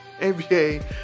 NBA